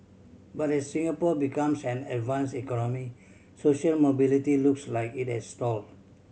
but as Singapore becomes an advanced economy social mobility looks like it has stalled